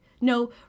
No